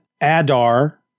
Adar